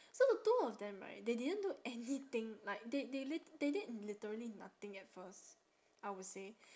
so the two of them right they didn't do anything like they they lit~ they did literally nothing at first I would say